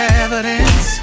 evidence